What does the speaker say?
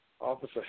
Officer